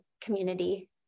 community